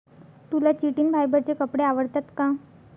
तुला चिटिन फायबरचे कपडे आवडतात का?